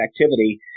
activity